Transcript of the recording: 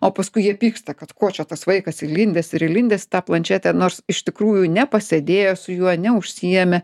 o paskui jie pyksta kad ko čia tas vaikas įlindęs ir įlindęs į tą planšetę nors iš tikrųjų nepasėdėjo su juo neužsiėmė